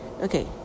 Okay